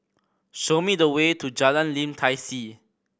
show me the way to Jalan Lim Tai See